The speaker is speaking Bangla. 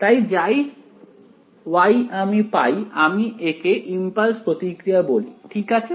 তাই যাই Y আমি পাই আমি একে ইমপালস প্রতিক্রিয়া বলি ঠিক আছে